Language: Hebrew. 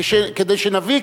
כדי שנביא,